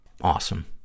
awesome